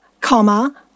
comma